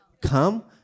come